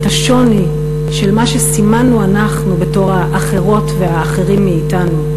את השוני של מה שסימנו אנחנו בתור האחרות והאחרים מאתנו,